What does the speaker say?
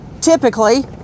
typically